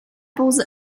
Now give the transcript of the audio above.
pouze